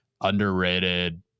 underrated